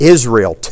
Israel